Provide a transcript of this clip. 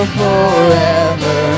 forever